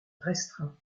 restreints